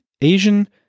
Asian